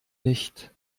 nicht